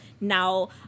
now